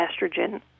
estrogen